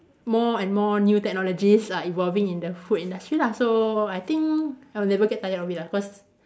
more and more new technologies are evolving in the food industry lah so I think I'll never get tired of it ah cause